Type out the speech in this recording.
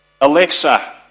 Alexa